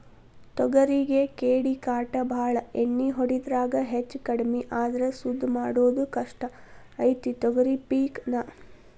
ತೊಗರಿಗೆ ಕೇಡಿಕಾಟ ಬಾಳ ಎಣ್ಣಿ ಹೊಡಿದ್ರಾಗ ಹೆಚ್ಚಕಡ್ಮಿ ಆದ್ರ ಸುದ್ದ ಮಾಡುದ ಕಷ್ಟ ಐತಿ ತೊಗರಿ ಪಿಕ್ ನಾ